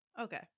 Okay